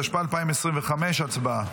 התשפ"ה 2025. הצבעה.